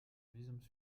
visums